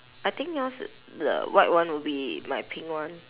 I think yours the white one would be my pink one